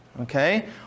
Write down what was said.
Okay